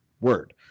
word